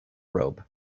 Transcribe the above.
robe